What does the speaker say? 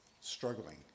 struggling